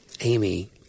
Amy